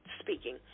speaking